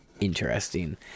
Interesting